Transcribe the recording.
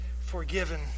forgiven